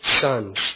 sons